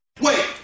Wait